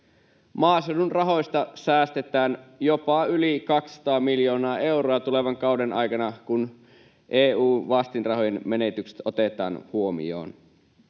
Maaseudun rahoista säästetään jopa yli 200 miljoonaa euroa tulevan kauden aikana, kun EU-vastinrahojen menetykset otetaan huomioon.